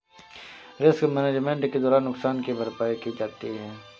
risk management के द्वारा नुकसान की भरपाई की जाती है